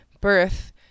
birth